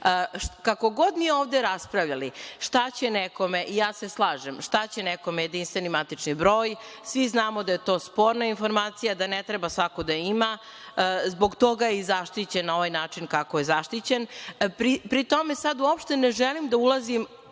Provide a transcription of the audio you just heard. god mi ovde raspravljali šta će nekome, i ja se slažem, šta će nekome JMBG, svi znamo da je to sporna informacija, da ne treba svako da je ima, zbog toga je i zaštićena na ovaj način kako je zaštićen, pri tome sad uopšte ne želim da ulazim